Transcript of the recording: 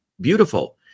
beautiful